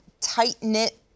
tight-knit